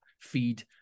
feed